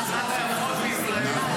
אחת היפות בישראל.